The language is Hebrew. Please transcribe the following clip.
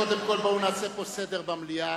קודם כול בואו נעשה פה סדר במליאה.